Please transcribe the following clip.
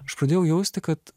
aš pradėjau jausti kad